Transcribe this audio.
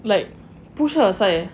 like pushed her aside leh